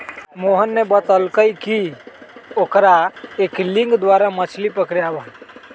मोहन ने बतल कई कि ओकरा एंगलिंग द्वारा मछ्ली पकड़े आवा हई